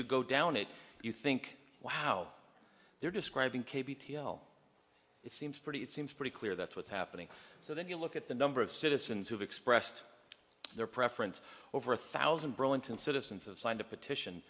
you go down it you think wow they're describing it seems pretty it seems pretty clear that's what's happening so then you look at the number of citizens who've expressed their preference over a thousand burlington citizens of signed a petition